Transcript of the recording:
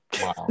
Wow